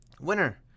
Winner